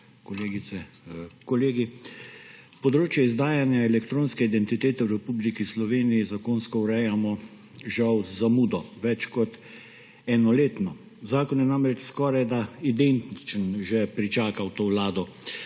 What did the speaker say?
kolegi! Področje izdajanja elektronske identitete v Republiki Sloveniji zakonsko urejamo žal z zamudo, več kot enoletno. Zakon je namreč skorajda identičen že pričakal to vlado,